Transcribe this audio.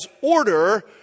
order